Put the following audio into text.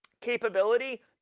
capability